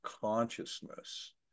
consciousness